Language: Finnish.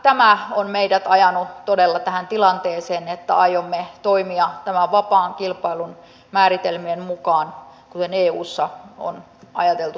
tämä on meidät ajanut todella tähän tilanteeseen että aiomme toimia tämän vapaan kilpailun määritelmien mukaan kuten eussa on ajateltu toimittavan